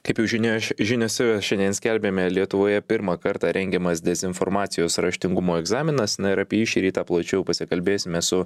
kaip jau žinia žiniose šiandien skelbėme lietuvoje pirmą kartą rengiamas dezinformacijos raštingumo egzaminas na ir apie jį šį rytą plačiau pasikalbėsime su